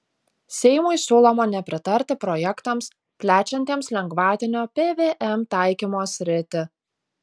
seimui siūloma nepritarti projektams plečiantiems lengvatinio pvm taikymo sritį